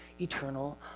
eternal